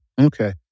Okay